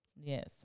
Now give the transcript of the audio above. Yes